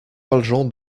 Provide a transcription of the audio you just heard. valjean